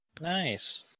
nice